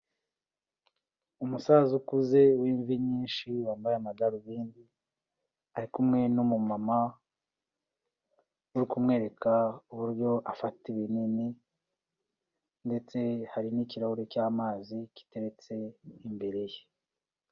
Umusaza ukuze w'imvi nyinshi, wambaye amadarubindi, ari kumwe n'umumama uri kumwereka uburyo afata ibinini ndetse hari n'ikirahure cy'amazi giteretse imbere ye.